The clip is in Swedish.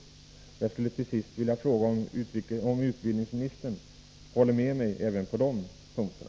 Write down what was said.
Jag skulle till sist vilja fråga om skolministern håller med mig även på de punkterna.